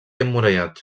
emmurallat